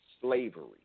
slavery